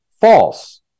false